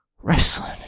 wrestling